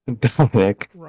dominic